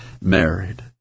married